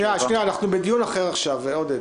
שנייה, אנחנו בדיון אחר עכשיו, עודד.